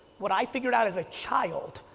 what i figured out as a child,